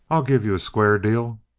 i'll give you a square deal.